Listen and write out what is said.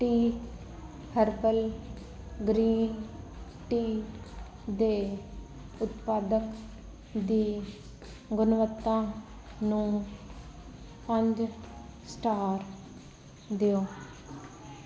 T herbal green tea ਦੇ ਉਤਪਾਦਕ ਦੀ ਗੁਣਵੱਤਾ ਨੂੰ ਪੰਜ ਸਟਾਰ ਦਿਓ